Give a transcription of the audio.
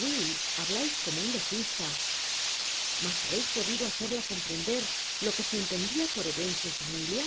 will hablais como un legista mas habeis podido hacerla comprender lo que se entendia por herencia y familia